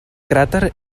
cràter